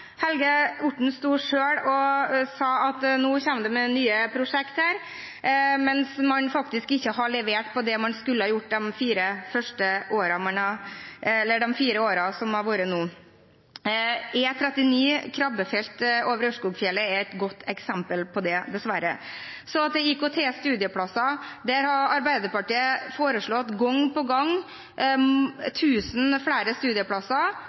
Helge Orten kommer fra. Helge Orten sto selv og sa at nå kommer det nye prosjekter med, men man har faktisk ikke levert på det man skulle ha gjort de fire årene som nå har vært. E39, krabbefelt over Ørskogfjellet, er et godt eksempel på det – dessverre. Til IKT-studieplasser: Der har Arbeiderpartiet foreslått gang på gang helt konkret 1 000 flere studieplasser